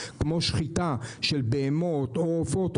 כמו שחיטה של בהמות או עופות,